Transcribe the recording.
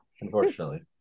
Unfortunately